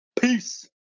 Peace